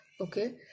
okay